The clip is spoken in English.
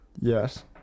Yes